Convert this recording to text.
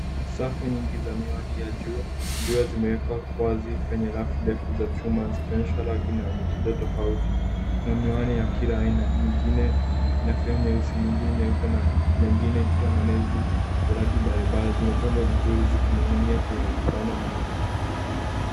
Safu nyingi za miwani ya jua zimewekwa wazi kwenye rafu ndefu za chuma zikionyesha rangi na mitindo tofauti. Kuna miwani ya kilaaina, mingine ina fremu nyeusi mingine nyeupe na mengine ikiwa na lensi za rangi mbalimbali. Zimepangwa vizuri zikining'inia kwenye vibano maalum.